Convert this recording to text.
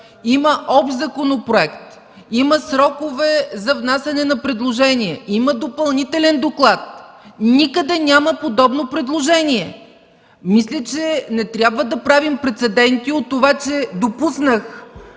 Има общ законопроект, има срокове за внасяне на предложения, има допълнителен доклад. Никъде няма подобно предложение. Мисля, че не трябва да правим прецеденти от това, че допуснах,